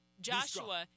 Joshua